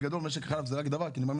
משק החלב זה רק דבר אחד ואני מאמין